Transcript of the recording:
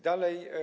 Dalej.